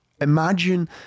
imagine